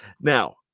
Now